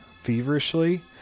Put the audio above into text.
feverishly